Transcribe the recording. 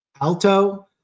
Alto